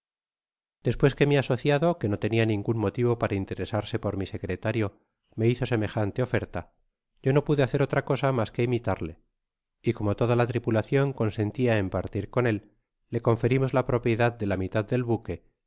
despues que mi asociado que no tenia ningun motive para interesarse por mi secretario rae hizo semejante oferta yo no pude hacer otra cosa mas que imitarle y como toda la tripulacion consentia en partir con el le conferimos la propiedad de la mitad del buque